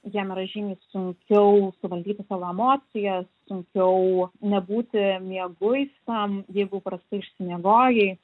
jiem yra žymiai sunkiau suvaldyti savo emocijas sunkiau nebūti mieguistam jeigu prastai išsimiegojai